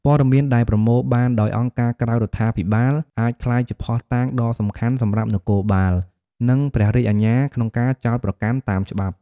ព័ត៌មានដែលប្រមូលបានដោយអង្គការក្រៅរដ្ឋាភិបាលអាចក្លាយជាភស្តុតាងដ៏សំខាន់សម្រាប់នគរបាល និងព្រះរាជអាជ្ញាក្នុងការចោទប្រកាន់តាមច្បាប់។